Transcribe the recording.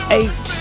eight